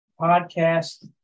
podcast